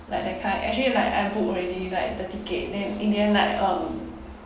like that kind actually like I book already like the ticket then in the end like um